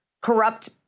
corrupt